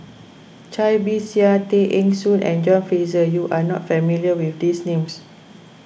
Cai Bixia Tay Eng Soon and John Fraser you are not familiar with these names